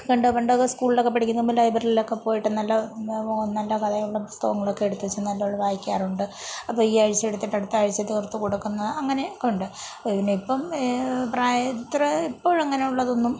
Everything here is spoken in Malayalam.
പണ്ട് പണ്ടൊക്കെ സ്കൂളിലൊക്കെ പഠിക്കുന്ന സമയം ലൈബ്രറിയിൽ ഒക്കെ പോയിട്ട് നല്ല നല്ല കഥയുള്ള പുസ്തകങ്ങളൊക്കെ എടുത്ത് വെച്ച് നല്ലോണം വായിക്കാറുണ്ട് അപ്പോൾ ഈ ആഴ്ച്ച എടുത്തിട്ടടുത്താഴ്ച്ച തീർത്തു കൊടുക്കുന്ന അങ്ങനെ ഒക്കെ ഉണ്ട് ഇതിനിപ്പം പ്രായ ഇപ്പം അങ്ങനെയൊന്നും